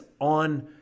on